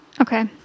Okay